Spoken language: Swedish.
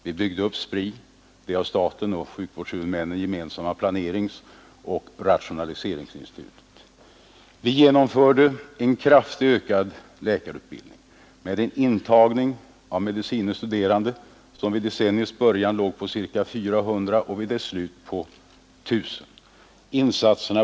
Vi byggde upp SPRI, det för staten och sjukvårdens huvudmän gemensamma planeringsoch rationaliseringsinstitutet. Vi genomförde en kraftigt ökad läkarutbildning. Intagningen av medicine studerande var vid decenniets början ca 400 och låg vid dess slut på ungefär 1 000.